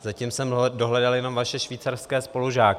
Zatím jsem dohledal jenom vaše švýcarské spolužáky.